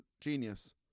Genius